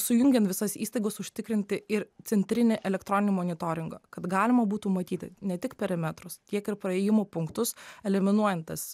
sujungian visas įstaigos užtikrinti ir centrinį elektroninį monitoringą kad galima būtų matyti ne tik perimetrus tiek ir praėjimo punktus eliminuojant tas